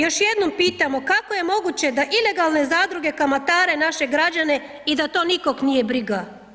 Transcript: Još jednom pitamo kako je moguće da ilegalne zadruge kamatare naše građane i da to nikog nije briga?